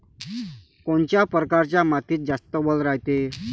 कोनच्या परकारच्या मातीत जास्त वल रायते?